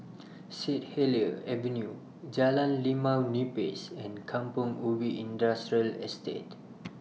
Sit Helier's Avenue Jalan Limau Nipis and Kampong Ubi Industrial Estate